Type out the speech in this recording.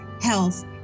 health